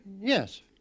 Yes